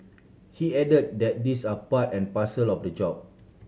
he add that these are part and parcel of the job